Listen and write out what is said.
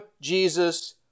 Jesus